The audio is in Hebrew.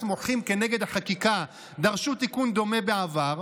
מוחים כנגד החקיקה דרשו תיקון דומה בעבר,